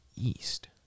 East